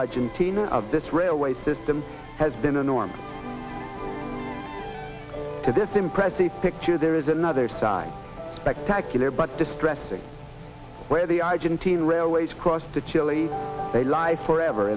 argentina of this railway system has been a norm to this impressive picture there is another side spectacular but distressing where the argentine railways cross to chile they lie forever